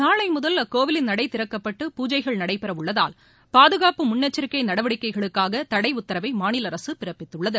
நாளை முதல் அக்கோவிலின் நடை திறக்கப்பட்டு பூஜைகள் நடைபெற உள்ளதால் பாதுகாப்பு முன்னெச்சரிக்கை நடவடிக்கைகளுக்காக தடை உத்தரவை மாநில அரசு பிறப்பித்துள்ளது